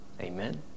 Amen